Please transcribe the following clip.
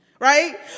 Right